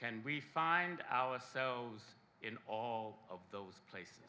can we find ourselves in all of those places